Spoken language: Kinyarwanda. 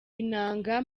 inanga